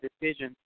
decision